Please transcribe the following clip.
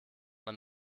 man